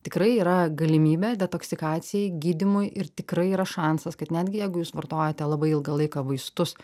tikrai yra galimybė detoksikacijai gydymui ir tikrai yra šansas kad netgi jeigu jūs vartojate labai ilgą laiką vaistus